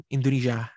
Indonesia